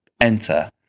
enter